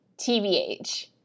TVH